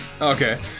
okay